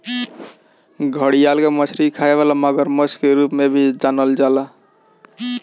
घड़ियाल के मछरी खाए वाला मगरमच्छ के रूप में भी जानल जाला